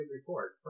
report